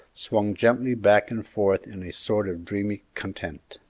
swung gently back and forth in a sort of dreamy content.